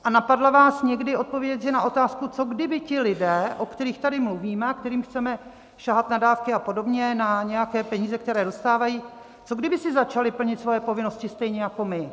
A napadla vás někdy odpověď na otázku, co kdyby ti lidé, o kterých tady mluvíme a kterým chceme sahat na dávky a podobně, na nějaké peníze, které dostávají, co kdyby si začali plnit svoje povinnosti stejně jako my?